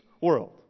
world